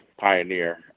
pioneer